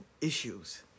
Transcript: issues